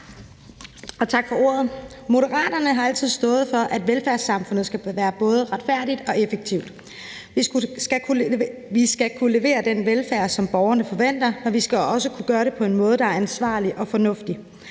Moderaterne altid stået for, at velfærdssamfundet skal være både retfærdigt og effektivt. Vi skal kunne levere den velfærd, som borgerne forventer, men vi skal også kunne gøre det på en måde, der er ansvarlig og fornuftig.